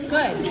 Good